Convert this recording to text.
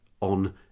on